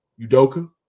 Udoka